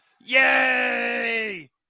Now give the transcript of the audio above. Yay